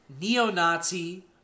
neo-Nazi